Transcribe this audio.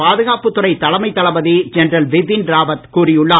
பாதுகாப்புத் துறை தலைமை தளபதி ஜென்ரல் பிபின் ராவத் கூறி உள்ளார்